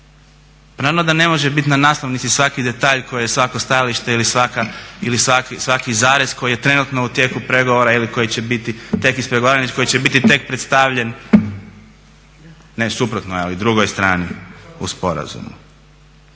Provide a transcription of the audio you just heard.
Naravno da ne može bit na naslovnici svaki detalj koji je svako stajališta ili svaki zarez koji je trenutno u tijeku pregovora ili koji će biti tek ispregovaran ili koji će biti tek predstavljen ne suprotnoj ali drugoj strani u sporazumu.